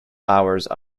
hours